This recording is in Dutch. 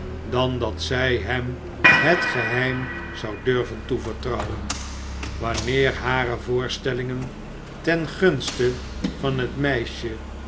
dan dat zij hem het geheim zou durven toevertrouwen wanneer hare voorstellingen ten gunste van het meisje